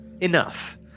Enough